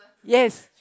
yes